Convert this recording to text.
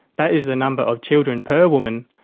that is the number of children per woman,